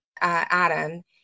Adam